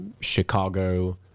Chicago